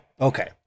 Okay